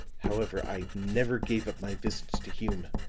however, i never gave up my visits to hume,